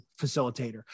facilitator